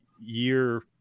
year